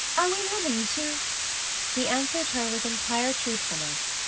are we living too he answered her with entire truthfulness.